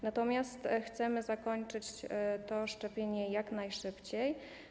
Na pewno chcemy zakończyć to szczepienie jak najszybciej.